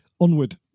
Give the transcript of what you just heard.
Onward